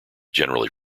generally